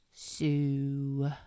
Sue